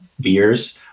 beers